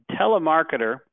telemarketer